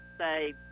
say